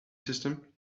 system